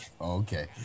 Okay